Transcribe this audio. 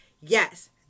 Yes